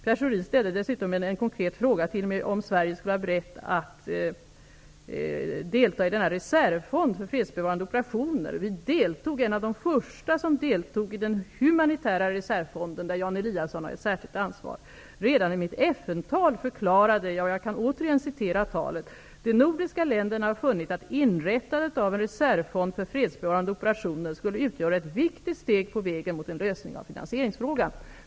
Pierre Schori ställde dessutom en konkret fråga till mig om Sverige är berett att delta i denna reservfond för fredsbevarande operationer. Vi var ett av de första länder som deltog i humanitära reservfonden, där Jan Eliasson har ett särskilt ansvar. Redan i mitt FN-tal förklarade jag att: ''De nordiska länderna har funnit att inrättandet av en reservfond för fredsbevarande operationer skulle utgöra ett viktigt steg på vägen mot en lösning av finansieringsfrågan.''